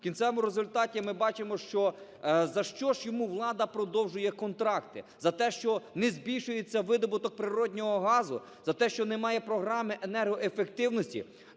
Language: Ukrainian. В кінцевому результаті ми бачимо, що за що ж йому влада продовжує контракти. За те, що не збільшується видобуток природного газу? За те, що немає програми енергоефективності?